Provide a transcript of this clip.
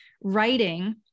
writing